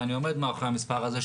ואני עומד מאחורי המספר הזה,